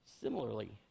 Similarly